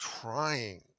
trying